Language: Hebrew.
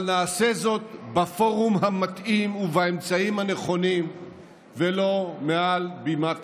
אבל נעשה זאת בפורום המתאים ובאמצעים הנכונים ולא מעל בימת הכנסת.